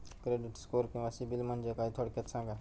Credit score किंवा CIBIL म्हणजे काय? थोडक्यात सांगा